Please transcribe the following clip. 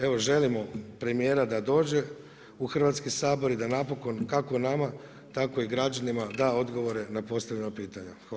Evo želimo premijera da dođe u Hrvatski sabor i da napokon kako nama, tako i građanima da odgovore na postavljena pitanja.